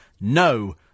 no